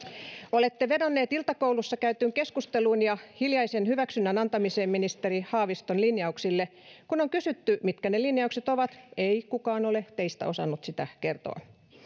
olette vedonneet iltakoulussa käytyyn keskusteluun ja hiljaisen hyväksynnän antamiseen ministeri haaviston linjauksille kun on kysytty mitkä ne linjaukset ovat ei kukaan teistä ole osannut sitä kertoa